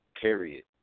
period